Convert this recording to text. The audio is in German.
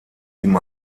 ihm